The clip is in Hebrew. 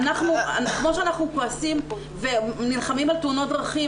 כמו שאנחנו כועסים ונלחמים על תאונות דרכים,